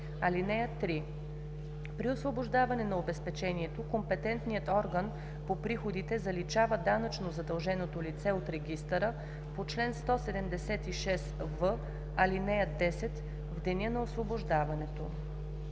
ревизия. (3) При освобождаване на обезпечението компетентният орган по приходите заличава данъчно задълженото лице от регистъра по чл. 176в, ал. 10 в деня на освобождаването“.